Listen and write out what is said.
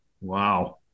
Wow